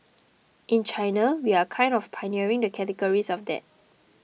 in China we are kind of pioneering the categories of that